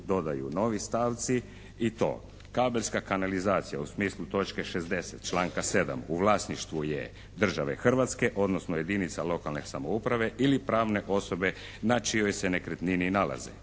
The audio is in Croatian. dodaju novi stavci i to: kabelska kanalizacija u smislu točke 60. članka 7. u vlasništvu je države Hrvatske odnosno jedinica lokalne samouprave ili pravne osobe na čijoj se nekretnini nalazi.